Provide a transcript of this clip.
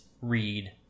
read